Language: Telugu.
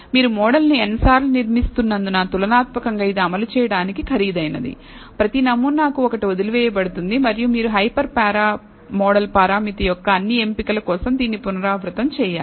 మీరు మోడల్ను n సార్లు నిర్మిస్తున్నందున తులనాత్మకంగా ఇది అమలు చేయడం ఖరీదైనది ప్రతి నమూనాకు ఒకటి వదిలివేయబడుతుంది మరియు మీరు హైపర్ పారా మోడల్ పరామితి యొక్క అన్ని ఎంపికల కోసం దీన్ని పునరావృతం చేయాలి